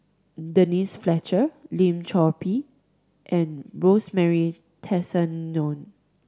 Denise Fletcher Lim Chor Pee and Rosemary Tessensohn